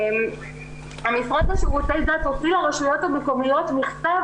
המשרד לשירותי דת הוציא לרשויות המקומיות מכתב